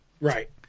Right